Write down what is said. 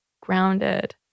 grounded